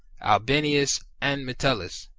albinus, and metellus.